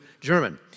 German